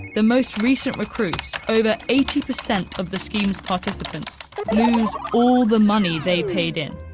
the most recent recruits, over eighty percent of the scheme's participants, lose all the money they paid in.